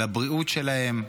לבריאות שלהם,